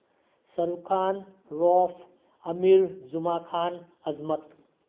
ꯁꯔꯨꯈꯥꯟ ꯔꯣꯐ ꯑꯃꯤꯔ ꯖꯨꯃꯥꯈꯥꯟ ꯑꯁꯃꯠ